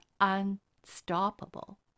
unstoppable